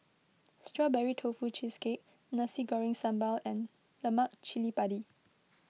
Strawberry Tofu Cheesecake Nasi Goreng Sambal and Lemak Cili Padi